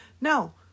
No